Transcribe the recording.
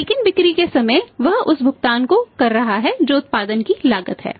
लेकिन बिक्री के समय वह उस भुगतान को कर रहा है जो उत्पादन की लागत है